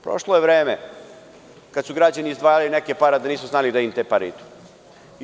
Prošlo je vreme kada su građani izdvajali neke pare, a nisu znali gde im te pare idu.